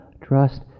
Trust